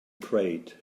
crate